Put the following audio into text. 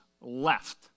left